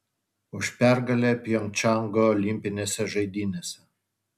už pergalę pjongčango olimpinėse žaidynėse